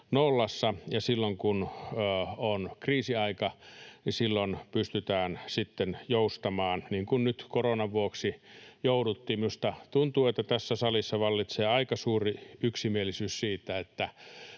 nollassa ja silloin, kun on kriisiaika, pystytään sitten joustamaan — niin kuin nyt koronan vuoksi jouduttiin. Minusta tuntuu, että tässä salissa vallitsee aika suuri yksimielisyys siitä, että